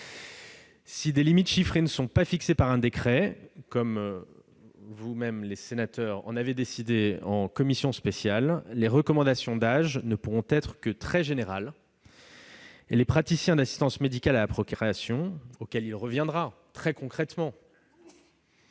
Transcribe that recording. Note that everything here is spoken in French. Si des limites chiffrées n'étaient pas fixées par un décret, ainsi qu'en a décidé la commission spéciale, les recommandations d'âge ne pourraient être que très générales et les praticiens de l'assistance médicale à la procréation, auxquels il reviendra concrètement